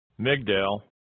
Migdal